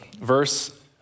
verse